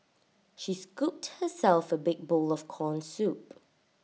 she scooped herself A big bowl of Corn Soup